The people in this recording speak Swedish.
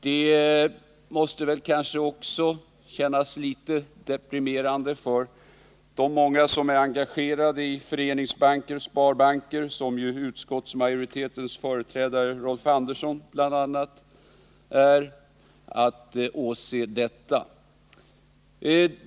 Det måste väl också kännas litet deprimerande för de många som är engagerade i föreningsbanker, sparbanker 0. d. — såsom bl.a. utskottsmajoritetens företrädare Rolf Andersson är — att åse detta.